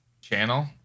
channel